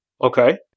Okay